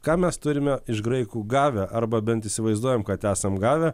ką mes turime iš graikų gavę arba bent įsivaizduojam kad esam gavę